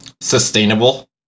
sustainable